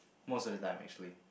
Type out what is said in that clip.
most of the time actually